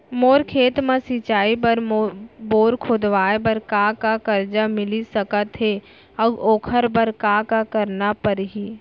मोर खेत म सिंचाई बर बोर खोदवाये बर का का करजा मिलिस सकत हे अऊ ओखर बर का का करना परही?